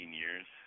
years